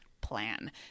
plan